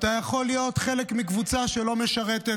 אתה יכול להיות חלק מקבוצה שלא משרתת,